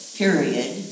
period